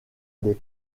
des